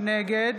נגד